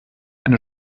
eine